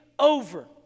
over